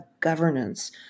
governance